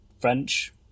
French